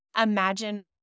imagine